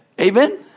Amen